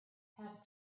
have